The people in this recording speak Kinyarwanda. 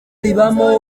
ribamo